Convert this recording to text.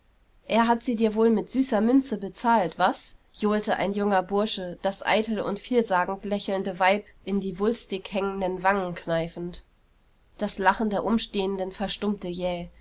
er hat sie dir wohl mit süßer münze bezahlt was johlte ein junger bursche das eitel und vielsagend lächelnde weib in die wulstig hängenden wangen kneifend das lachen der umstehenden verstummte jäh